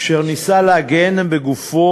אשר ניסה להגן בגופו,